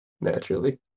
naturally